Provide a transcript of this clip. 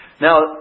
Now